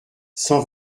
cent